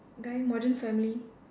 guy modern family